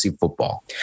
football